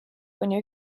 kuni